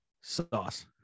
Sauce